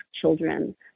children